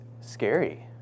scary